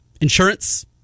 Insurance